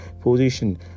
position